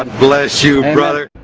and bless you brother.